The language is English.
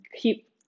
keep